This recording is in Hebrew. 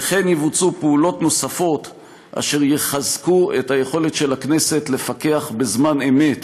וכן יבוצעו פעולות נוספות אשר יחזקו את היכולת של הכנסת לפקח בזמן אמת